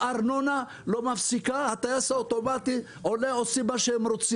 הארנונה לא מפסיקה, הטייס האוטומטי עולה,